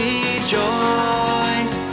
Rejoice